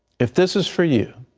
if this is for you,